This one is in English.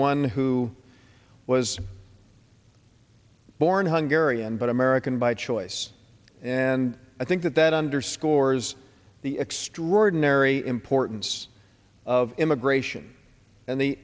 one who was born hungary and but american by choice and i think that that underscores the extraordinary importance of immigration and the